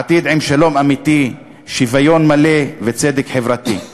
עתיד עם שלום אמיתי, שוויון מלא וצדק חברתי.